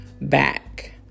back